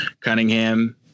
Cunningham